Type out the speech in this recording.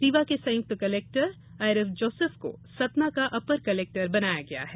रीवा के संयुक्त कलेक्टर आईरिफ जोसेफ को सतना का अपर कलेक्टर बनाया गया है